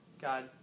God